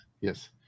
yes